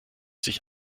sich